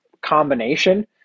combination